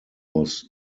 was